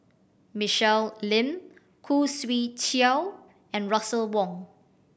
Michelle Lim Khoo Swee Chiow and Russel Wong